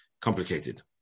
complicated